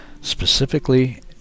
specifically